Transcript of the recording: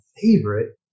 favorite